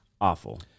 Awful